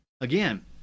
again